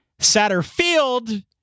Satterfield